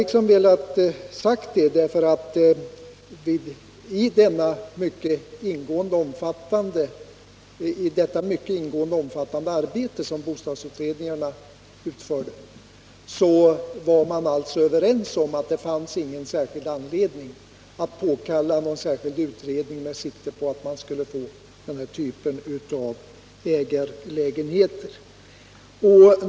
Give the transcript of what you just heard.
Jag ville säga det därför att i samband med detta mycket ingående och omfattande arbete som bostadsutredningarna utförde var alla överens om att det inte fanns någon särskild anledning att påkalla en speciell utredning med sikte på att man skulle få den här typen av ägarlägenheter.